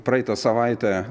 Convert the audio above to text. praeitą savaitę